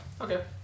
Okay